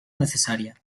necesaria